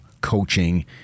coaching